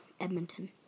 Edmonton